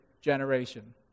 generation